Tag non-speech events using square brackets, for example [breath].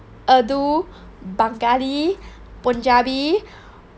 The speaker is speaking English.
urdu [breath] bengali [breath] punjabi